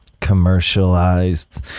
commercialized